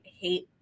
hate